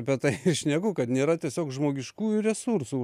apie tą ir šneku kad nėra tiesiog žmogiškųjų resursų